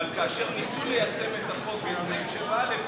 אבל כאשר ניסו ליישם את החוק ואת סעיף 7א,